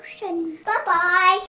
Bye-bye